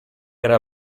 era